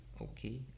Okay